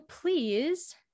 please